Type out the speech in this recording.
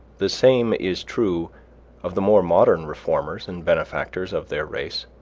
the same is true of the more modern reformers and benefactors of their race.